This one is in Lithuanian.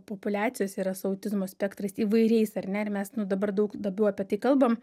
populiacijos yra su autizmo spektrais įvairiais ar ne ir mes nu dabar daug labiau apie tai kalbam